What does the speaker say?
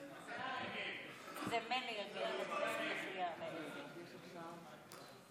להעביר את הנושא לוועדה לא נתקבלה.